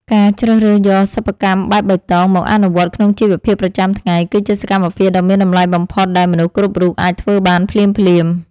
ការជ្រើសរើសយកសិប្បកម្មបែបបៃតងមកអនុវត្តក្នុងជីវភាពប្រចាំថ្ងៃ គឺជាសកម្មភាពដ៏មានតម្លៃបំផុតដែលមនុស្សគ្រប់រូបអាចធ្វើបានភ្លាមៗ។